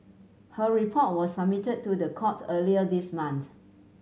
her report was submitted to the court earlier this month